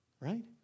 right